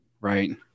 right